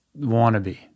wannabe